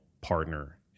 partner